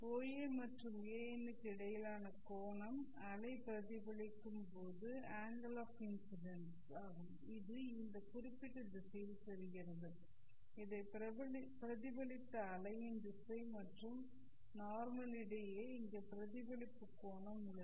OA மற்றும் AN க்கு இடையிலான கோணம் அலை பிரதிபலிக்கும் போது அங்கெல் ஆஃ இன்ஸிடென்ஸ் இது இந்த குறிப்பிட்ட திசையில் செல்கிறது இதை பிரதிபலித்த அலையின் திசை மற்றும் நார்மல் இடையே இங்கே பிரதிபலிப்பு கோணம் உள்ளது